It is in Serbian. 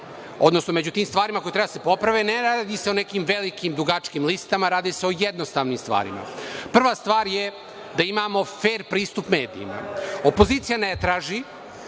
odnosno među tim stvarima koje treba da se poprave ne radi se o nekim velikim i dugačkim listama, radi se o jednostavnim stvarima. Prva stvar je da imamo fer pristup medijima. Opozicija ne traži